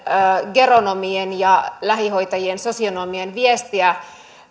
geronomien lähihoitajien ja sosionomien viestiä